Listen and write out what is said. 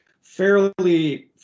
fairly –